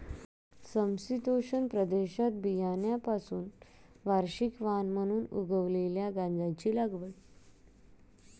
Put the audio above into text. समशीतोष्ण प्रदेशात बियाण्यांपासून वार्षिक वाण म्हणून उगवलेल्या गांजाची लागवड